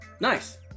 Nice